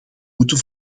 moeten